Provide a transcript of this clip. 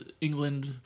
England